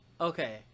Okay